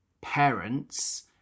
parents